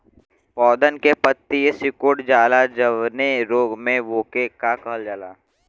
पौधन के पतयी सीकुड़ जाला जवने रोग में वोके का कहल जाला?